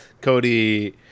Cody